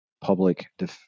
public